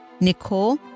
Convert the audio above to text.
Nicole